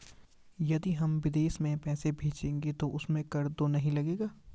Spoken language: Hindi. यदि हम विदेश में पैसे भेजेंगे तो उसमें कर तो नहीं लगेगा?